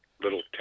little